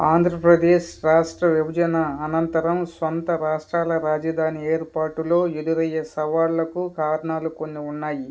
ఆంధ్రప్రదేశ్ రాష్ట్ర విభజన అనంతరం సొంత రాష్ట్రాల రాజధాని ఏర్పాటులో ఎదురయే సవాళ్ళకు కారణాలు కొన్ని ఉన్నాయి